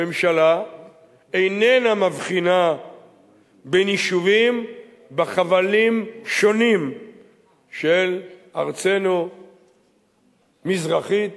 הממשלה איננה מבחינה בין יישובים בחבלים שונים של ארצנו מזרחית